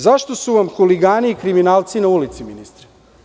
Zašto su vam huligani i kriminalci na ulicama ministre?